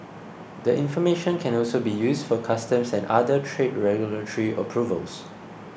the information can also be used for customs and other trade regulatory approvals